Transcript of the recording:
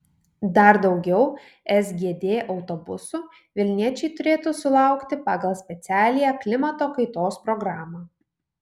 dar daugiau sgd autobusų vilniečiai turėtų sulaukti pagal specialiąją klimato kaitos programą